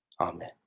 amen